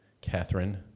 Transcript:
Catherine